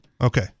Okay